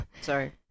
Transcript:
Sorry